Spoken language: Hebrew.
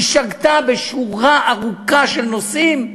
היא שגתה בשורה ארוכה של נושאים.